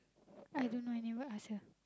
I don't know I never ask her